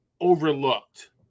overlooked